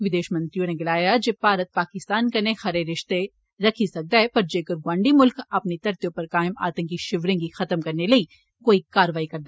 विदेष मंत्री होरें गलाया जे भारत पाकिस्तान कन्नै खरे रिष्ते रक्खी सकदे ऐ पर जेकर गोआंड़ी मुल्ख अपनी धरते उप्पर कायम आतंकी षिवरें गी खत्म करने लेई कोई कारवाई करै